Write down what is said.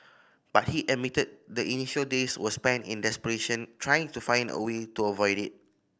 but he admitted the initial days were spent in desperation trying to find a way to avoid it